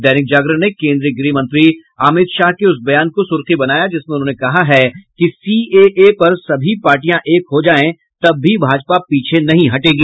दैनिक जागरण ने केंद्रीय गृह मंत्री अमित शाह के उस बयान को सुर्खी बनाया है जिसमें उन्होंने कहा है कि सीएए पर सभी पार्टियां एक हो जायें तब भी भाजपा पीछे नहीं हटेगी